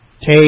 take